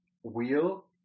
wheel